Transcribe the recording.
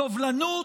סובלנות,